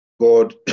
God